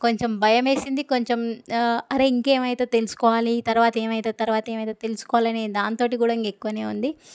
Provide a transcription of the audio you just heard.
కొంచెం భయం వేసింది కొంచెం అరే ఇంకా ఏమవుతుంది తెలుసుకోవాలి తరువాత ఏమవుతుంది తరువాత ఏమవుతుంది తెలుసుకోవాలనే దాంతో కూడా ఇంకా ఎక్కువనే ఉంది